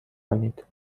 کنید